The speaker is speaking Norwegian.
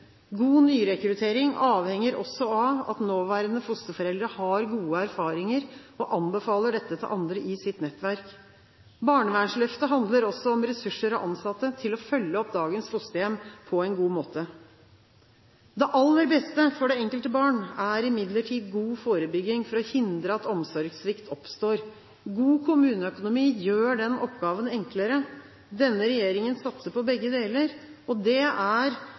God nyrekruttering avhenger også av at nåværende fosterforeldre har gode erfaringer og anbefaler dette til andre i sitt nettverk. Barnevernsløftet handler også om ressurser og ansatte til å følge opp dagens fosterhjem på en god måte. Det aller beste for det enkelte barn er imidlertid god forebygging for å hindre at omsorgssvikt oppstår. God kommuneøkonomi gjør den oppgaven enklere. Denne regjeringen satser på begge deler. Og det er